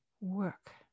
work